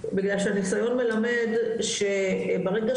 בגלל שהניסיון מלמד שברגע